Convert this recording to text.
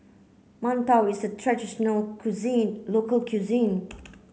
Mantou is traditional cuisine local cuisine